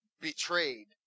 betrayed